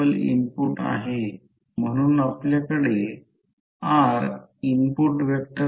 तर आपल्याला शोधून काढावे लागेल की त्या तीन वेगवेगळ्या पाथ आहेत आणि एक येथून आहे हा दुसरा येथे आहे आणि अजून एक येथे आहे